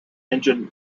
engine